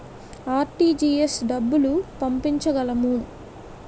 RTGS డబ్బులు పంపించగలము?